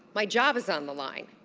my job is on the line.